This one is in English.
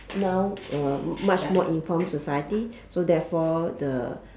now uh much more informed society so therefore the